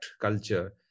culture